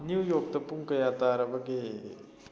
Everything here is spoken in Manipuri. ꯅ꯭ꯌꯨ ꯌꯣꯛꯇ ꯄꯨꯡ ꯀꯌꯥ ꯇꯥꯔꯕꯒꯦ